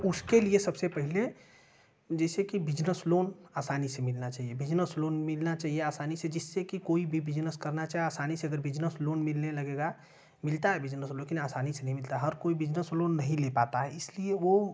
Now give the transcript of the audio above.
तो उसके लिए सबसे पहले जैसे की बिजनेस लोन आसानी से मिलना चाहिए बिजनेस लोन मिलना चाहिए आसानी से जिससे कि कोई भी बिजनेस करना चाहे आसानी से गर बिजनेस लोन मिलने लगेगा मिलता है बिजनेस लोन लेकिन आसानी से नहीं मिलता है हर कोई बिजनेस लोन नहीं ले पाता है इसलिए वो